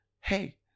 Hey